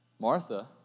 Martha